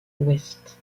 ouest